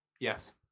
Yes